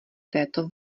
této